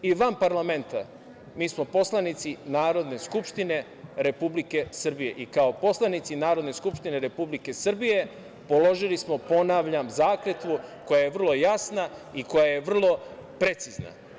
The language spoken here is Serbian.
I van parlamenta, mi smo poslanici Narodne skupštine Republike Srbije i kao poslanici Narodne skupštine Republike Srbije položili smo, ponavljam, zakletvu koja je vrlo jasna i koja je vrlo precizna.